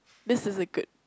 this is a good